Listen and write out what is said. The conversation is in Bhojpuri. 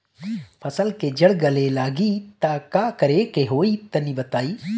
फसल के जड़ गले लागि त का करेके होई तनि बताई?